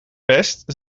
best